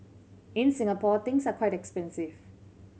in Singapore things are quite expensive